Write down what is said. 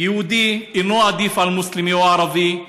יהודי אינו עדיף על מוסלמי או ערבי,